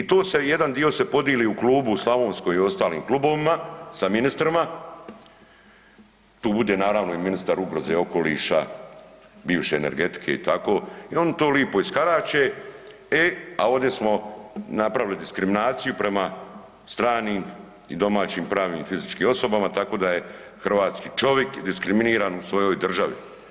I to se, jedan dio se podili u Klubu u Slavonskoj i u ostalim klubovima sa ministrima, tu bude naravno i ministar ugroze okoliša, bivše energetike i tako i oni to lipo isharače, e a ovdje smo napravili diskriminaciju prema stranim i domaćim pravnim i fizičkim osobama tako da je hrvatski čovik diskriminiran u svojoj državi.